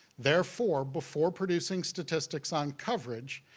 therefore, before producing statistics on coverage,